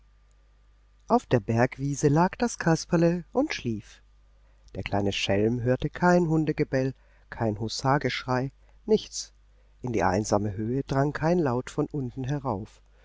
auf der bergwiese lag das kasperle und schlief der kleine schelm hörte kein hundegebell kein hussageschrei nichts in die einsame höhe drang kein laut von unten herauf